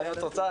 אבל אם את רוצה,